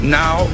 now